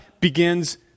begins